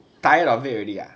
tired of it already ah